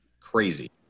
Crazy